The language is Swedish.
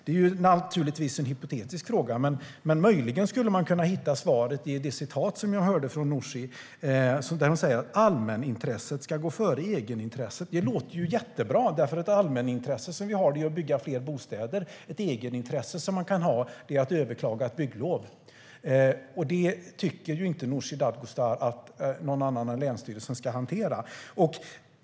Det är naturligtvis en hypotetisk fråga, men möjligen skulle man kunna hitta svaret i det jag hörde Nooshi säga - att allmänintresset ska gå före egenintresset. Det låter ju jättebra, för allmänintresset vi har är att bygga fler bostäder. Ett egenintresse man kan ha är att överklaga ett bygglov, och det tycker ju inte Nooshi Dadgostar att någon annan än länsstyrelsen ska hantera.